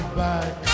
back